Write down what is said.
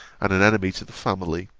and an enemy to the family